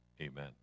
amen